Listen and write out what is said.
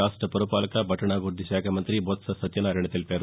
రాష్ట పురపాలక పట్టణాభివృద్ది శాఖ మంత్రి బొత్స సత్యనారాయణ తెలిపారు